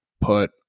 put